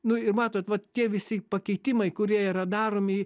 nu ir matot vat tie visi pakeitimai kurie yra daromi